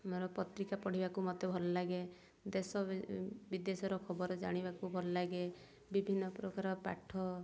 ମୋର ପତ୍ରିକା ପଢ଼ିବାକୁ ମତେ ଭଲ ଲାଗେ ଦେଶ ବିଦେଶର ଖବର ଜାଣିବାକୁ ଭଲ ଲାଗେ ବିଭିନ୍ନ ପ୍ରକାର ପାଠ